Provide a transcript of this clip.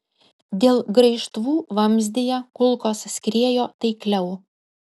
dėl graižtvų vamzdyje kulkos skriejo taikliau